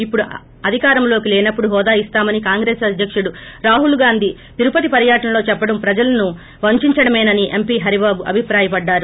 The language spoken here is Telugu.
ఇప్పుడు అధికారంలో లేనప్పుడు హోదా ఇస్తామని కాంగ్రెస్ అధ్యకుడు రాహుల్ గాంధీ తిరుపతి పర్యటనలో చెప్పడం ప్రజలను వంచించడమేనని ఎంపీ హరిబాబు అభిప్రాయపడ్డారు